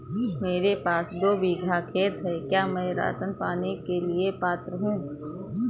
मेरे पास दो बीघा खेत है क्या मैं राशन पाने के लिए पात्र हूँ?